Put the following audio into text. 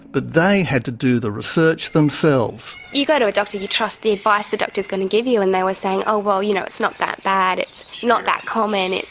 but they had to do the research themselves. you go to a doctor, you trust the advice the doctor's going to give you, and they were saying, oh well, you know, it's not that bad, it's not that common,